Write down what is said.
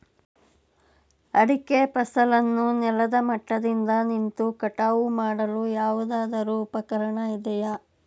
ಅಡಿಕೆ ಫಸಲನ್ನು ನೆಲದ ಮಟ್ಟದಿಂದ ನಿಂತು ಕಟಾವು ಮಾಡಲು ಯಾವುದಾದರು ಉಪಕರಣ ಇದೆಯಾ?